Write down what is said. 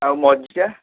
ଆଉ ମଝିଟା